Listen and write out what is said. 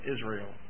Israel